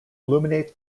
illuminate